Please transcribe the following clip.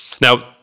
Now